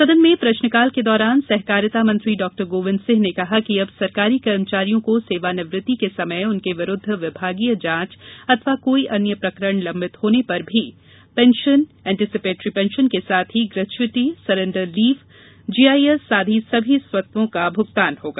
सदन में प्रश्नकाल के दौरान सहकारिता मंत्री डॉक्टर गोविंद सिंह ने कहा कि अब सरकारी कर्मचारियों को सेवानिवृत्ति के समय उनके विरूद्व विभागीय जांच अथवा कोई अन्य प्रकरण लंबित होने पर भी उसे अनंतिम पेंशन एंटीसिपेटरी पेंशन के साथ ही ग्रेच्युटी सरेंडर लीव जीआईएस आदि सभी स्वत्वों का भुगतान होगा